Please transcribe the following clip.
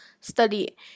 study